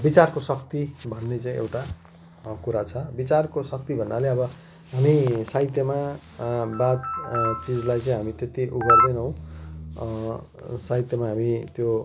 विचारको शक्ति भन्ने चाहिँ एउटा कुरा छ विचारको शक्ति भन्नाले अब हामी साहित्यमा वाद चिजलाई चाहिँ हामी त्यति उ गर्दैनौँ साहित्यमा हामी त्यो